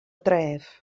dref